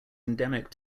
endemic